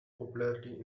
popularity